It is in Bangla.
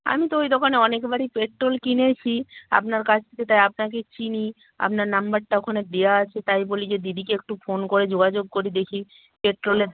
আমি তো ওই দোকানে অনেকবারই পেট্রোল কিনেছি আপনার কাছ থেকে তাই আপনাকেই চিনি আপনার নম্বরটা ওখানে দেওয়া আছে তাই বলি যে দিদিকে একটু ফোন করে যোগাযোগ করি দেখি পেট্রোলের